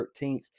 13th